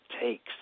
takes